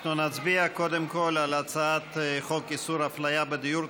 אנחנו נצביע קודם כול על הצעת חוק איסור הפליה בדיור,